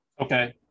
Okay